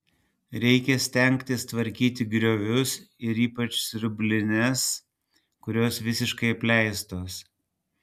reikia stengtis tvarkyti griovius ir ypač siurblines kurios visiškai apleistos